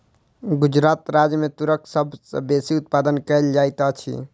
गुजरात राज्य मे तूरक सभ सॅ बेसी उत्पादन कयल जाइत अछि